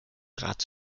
draht